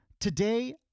Today